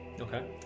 Okay